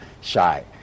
shy